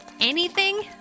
anything